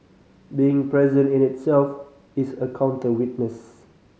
being present in itself is a counter witness